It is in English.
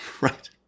Right